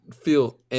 feel